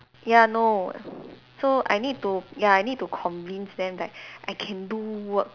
ya no so I need to ya I need to convince them like I can do work